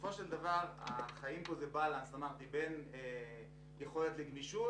מדובר באיזון בין יכולת לגמישות